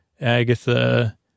Agatha